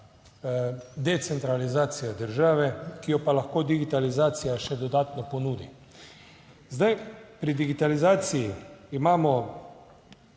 decentralizacija države, ki jo pa lahko digitalizacija še dodatno ponudi. Zdaj, pri digitalizaciji imamo